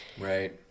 Right